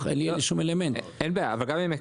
אבוטבול: מה גם שאדוני היושב ראש,